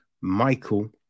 Michael